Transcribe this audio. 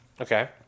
Okay